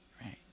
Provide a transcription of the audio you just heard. Right